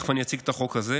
תכף אני אציג את החוק הזה.